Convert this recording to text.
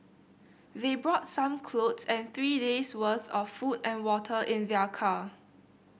they brought some clothes and three days' worth of food and water in their car